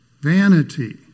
vanity